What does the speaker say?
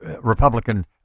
Republican